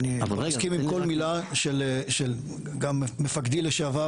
אני מסכים עם כל מילה של גם מפקדי לשעבר